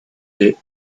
est